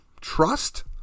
trust